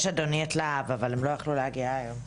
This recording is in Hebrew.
יש את להב, אדוני, אבל הם לא יכלו להגיע היום.